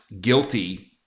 guilty